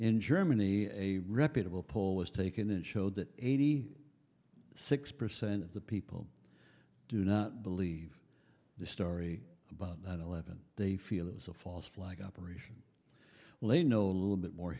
in germany a reputable poll was taken it showed that eighty six percent of the people do not believe the story about that eleven they feel it was a false flag operation well they know a little bit more